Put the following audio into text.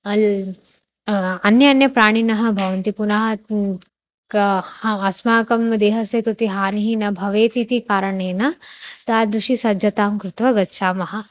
अल् अन्य अन्यप्राणिनः भवन्ति पुनः अस्माकं देहस्य कृते हानिः न भवेत् इति कारणेन तादृशीं सज्जतां कृत्वा गच्छामः